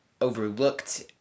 overlooked